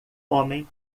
homem